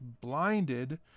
blinded